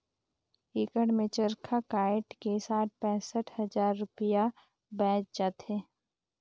एकड़ मे खरचा कायट के साठ पैंसठ हजार रूपिया बांयच जाथे